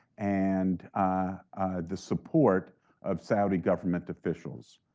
and the support of saudi government officials.